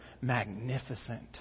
magnificent